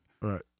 Right